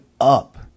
up